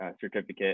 certificate